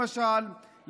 למשל,